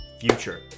future